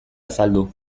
azaldu